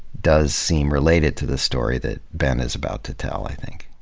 does seem related to the story that ben is about to tell, i think.